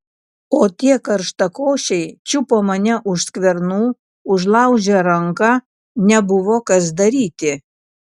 o tie karštakošiai čiupo mane už skvernų užlaužė ranką nebuvo kas daryti